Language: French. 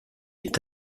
est